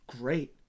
Great